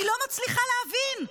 אני לא מצליחה להבין,